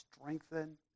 strengthen